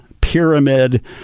pyramid